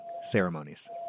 ceremonies